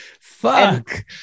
Fuck